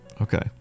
okay